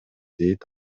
дейт